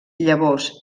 llavors